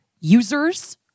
users